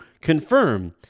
confirm